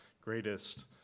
greatest